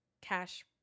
cash